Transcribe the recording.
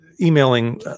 emailing